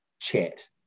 chat